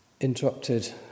Interrupted